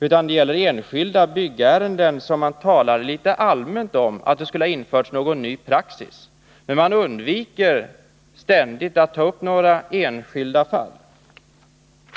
utan enskilda byggärenden. Man talar litet allmänt om att det skulle ha införts en ny praxis, men man undviker ständigt att nämna några enskilda fall.